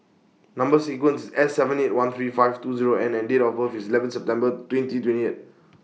Number sequence IS S seven eight one three five two Zero N and Date of birth IS eleven September twenty twenty eight